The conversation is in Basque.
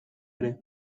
ere